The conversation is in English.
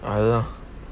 I don't know